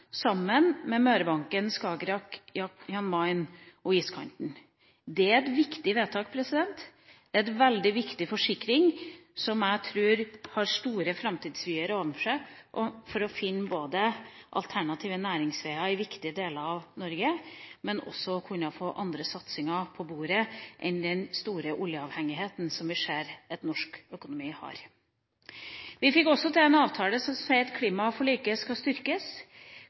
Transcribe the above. sammen med Mørebanken, Skagerrak, Jan Mayen og iskanten. Det er et viktig vedtak – en veldig viktig forsikring – som jeg tror har store framtidsvyer i seg, ikke bare for å finne alternative næringsveier i viktige deler av Norge, men også for å kunne få andre satsinger på bordet enn den store oljeavhengigheten vi ser at norsk økonomi har. Vi fikk også til en avtale som sier at klimaforliket skal styrkes,